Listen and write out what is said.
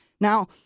Now